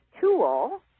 tool